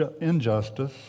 injustice